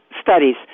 studies